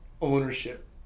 ownership